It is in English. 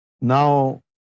Now